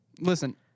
listen